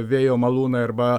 vėjo malūnai arba